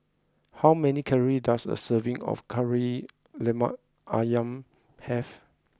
how many calory does a serving of Kari Lemak Ayam have